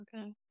okay